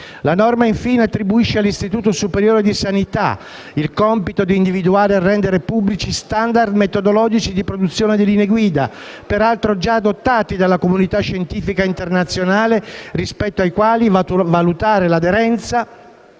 la norma attribuisce all'Istituto superiore di sanità il compito di individuare e rendere pubblici *standard* metodologici di produzione di linee guida, peraltro già adottati dalla comunità scientifica internazionale, rispetto ai quali valutare l'aderenza